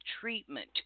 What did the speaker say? Treatment